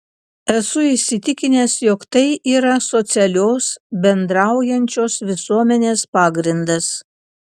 esu įsitikinęs jog tai yra socialios bendraujančios visuomenės pagrindas